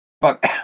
Fuck